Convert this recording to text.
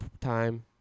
time